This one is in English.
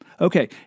Okay